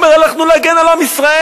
אומרים: הלכנו להגן על עם ישראל.